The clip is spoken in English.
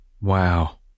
Wow